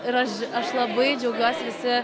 ir aš aš labai džiaugiuosi visi